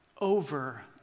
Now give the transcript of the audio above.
Over